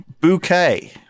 Bouquet